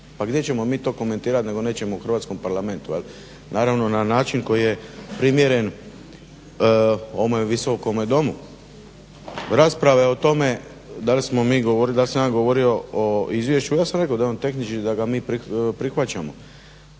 Pa gdje ćemo mi to komentirat nego nećemo u hrvatskom parlamentu naravno na način koji je primjeren ovome Visokome domu. Rasprave o tome dal smo mi govorili, dal sam ja govorio o izvješću, ja sam rekao da je on tehnički da ga mi prihvaćamo.